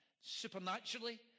Supernaturally